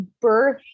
birth